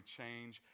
change